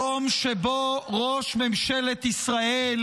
יום שבו ראש ממשלת ישראל,